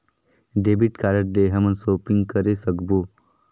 Debit card ले हमन shopping करे सकबो?